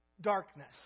darkness